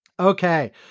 Okay